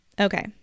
Okay